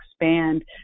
expand